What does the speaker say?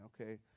okay